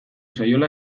zaiola